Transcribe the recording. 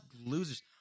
losers